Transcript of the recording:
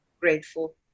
grateful